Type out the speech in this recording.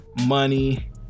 Money